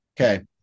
okay